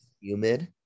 Humid